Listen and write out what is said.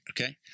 okay